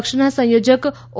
પક્ષના સંયોજક ઓ